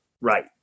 right